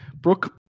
Brooke